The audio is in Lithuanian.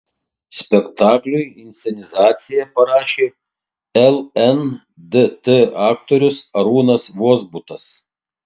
spektakliui inscenizaciją parašė lndt aktorius arūnas vozbutas